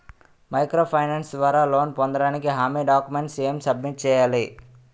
Micro finance ద్వారా loan పొందటానికి హామీ డాక్యుమెంట్స్ ఎం సబ్మిట్ చేయాలి?